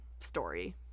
Story